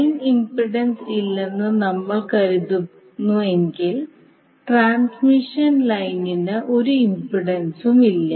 line impedance ഇല്ലെന്ന് നമ്മൾ കരുതുന്നുവെങ്കിൽ ട്രാൻസ്മിഷൻ ലൈനിന് ഒരു ഇംപെഡൻസും ഇല്ല